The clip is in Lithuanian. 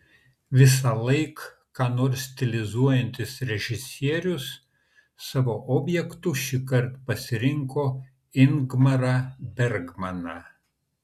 visąlaik ką nors stilizuojantis režisierius savo objektu šįkart pasirinko ingmarą bergmaną